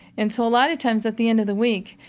and so a lot of times at the end of the week,